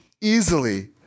easily